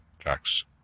Facts